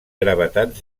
gravetat